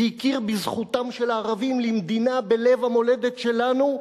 והכיר בזכותם של הערבים למדינה בלב המולדת שלנו.